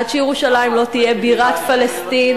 עד שירושלים לא תהיה בירת פלסטין,